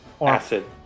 acid